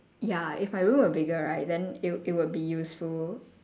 ya if my room were bigger right then it would it would be useful